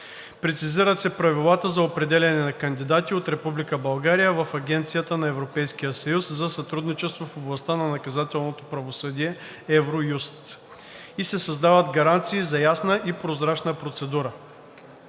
Прецизират се правилата за определяне на кандидати от Република България в Агенцията на Европейския съюз за сътрудничество в областта на наказателното правосъдие (Евроюст) и се създават гаранции за ясна и прозрачна процедура.